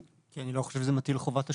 כי אני לא חושב שזה מטיל חובת תשלום.